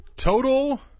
Total